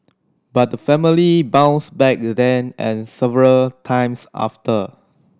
but the family bounced back then and several times after